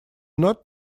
not